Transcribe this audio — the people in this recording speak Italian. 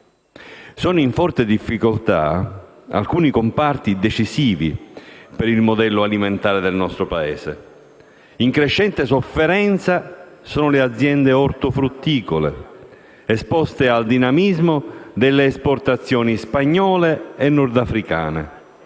Sono in forte difficoltà alcuni comparti decisivi per il modello alimentare del nostro Paese. In crescente sofferenza sono le aziende ortofrutticole, esposte al dinamismo delle esportazioni spagnole e nordafricane;